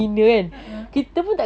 a'ah